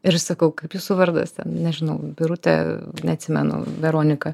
ir aš sakau kaip jūsų vardas ten nežinau birutė neatsimenu veronika